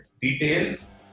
details